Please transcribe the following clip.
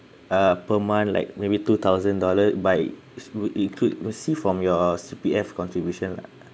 ah per month like maybe two thousand dollar by s~ you it could receive from your C_P_F contribution lah